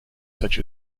such